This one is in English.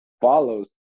follows